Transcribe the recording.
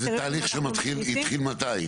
אנחנו מחליפים --- זה תהליך שהתחיל מתי?